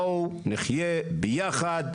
בואו נחיה ביחד,